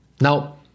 now